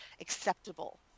acceptable